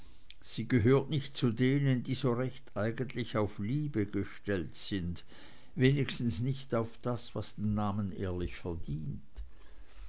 sie gehört nicht zu denen die so recht eigentlich auf liebe gestellt sind wenigstens nicht auf das was den namen ehrlich verdient